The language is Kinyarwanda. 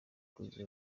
kuziha